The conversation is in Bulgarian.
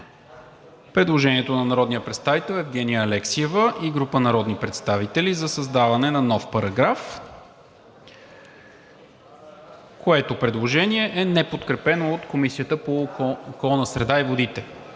предложението на народния представител Евгения Алексиева и група народни представители за създаване на нов параграф, което е неподкрепено от Комисията по околната среда и водите.